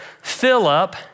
Philip